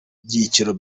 byiciro